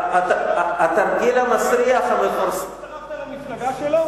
לא זכור לך שהצטרפת למפלגה שלו?